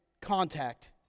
contact